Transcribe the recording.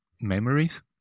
memories